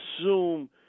assume